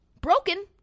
Broken